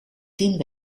tien